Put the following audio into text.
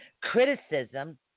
criticism